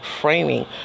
framing